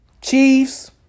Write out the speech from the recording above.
Chiefs